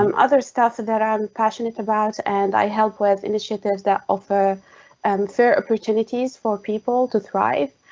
um other stuff that that i'm passionate about. and i help with initiatives that offer and fair approach unities for people to thrive,